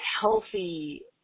healthy